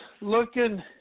looking